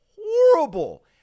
horrible